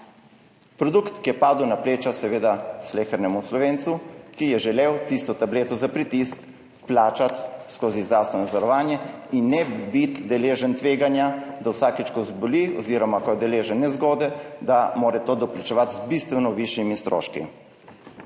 Produkt, ki je padel na pleča seveda slehernemu Slovencu, ki je želel tisto tableto za pritisk plačati skozi zdravstveno zavarovanje in ne biti deležen tveganja, da mora vsakič, ko zboli oziroma ko je deležen nezgode, to doplačevati z bistveno višjimi stroški.